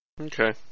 Okay